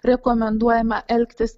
rekomenduojama elgtis